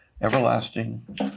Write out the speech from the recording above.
everlasting